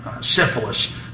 syphilis